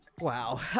Wow